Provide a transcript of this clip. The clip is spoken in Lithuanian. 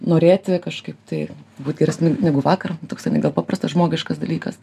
norėti kažkaip tai būt geresniu negu vakar toksai net gal paprastas žmogiškas dalykas